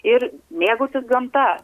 ir mėgautis gamta